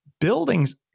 Buildings